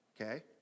Okay